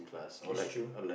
that's true